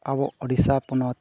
ᱟᱵᱚ ᱩᱲᱤᱥᱥᱟ ᱯᱚᱱᱚᱛ